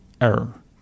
error